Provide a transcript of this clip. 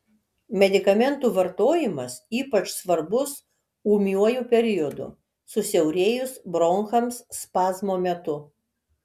medikamentų vartojimas ypač svarbus ūmiuoju periodu susiaurėjus bronchams spazmo metu